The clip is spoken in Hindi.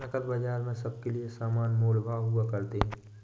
नकद बाजार में सबके लिये समान मोल भाव हुआ करते हैं